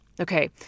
Okay